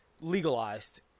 legalized